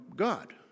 God